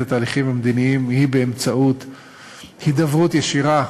התהליכים המדיניים היא הידברות ישירה